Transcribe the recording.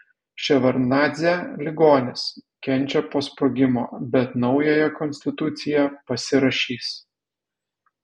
ševardnadzė ligonis kenčia po sprogimo bet naująją konstituciją pasirašys